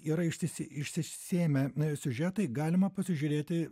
yra išsisė išsisėmę siužetai galima pasižiūrėti